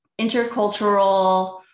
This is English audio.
intercultural